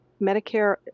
Medicare